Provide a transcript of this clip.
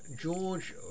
George